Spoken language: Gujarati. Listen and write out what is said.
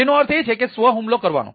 તેનો અર્થ એ છે કે સ્વ હુમલો કરવાનો